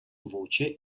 voce